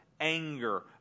anger